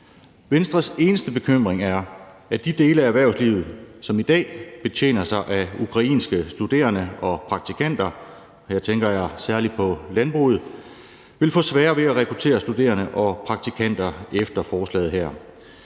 Venstres eneste bekymring er, at de dele af erhvervslivet, som i dag betjener sig af ukrainske studerende og praktikanter – og her tænker jeg særlig på landbruget – vil få sværere ved at rekruttere studerende og praktikanter efter forslaget her.